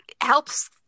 helps